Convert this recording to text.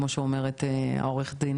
כמו שאומרת עורכת הדין